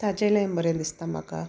ताजे लेंय बरें दिसता म्हाका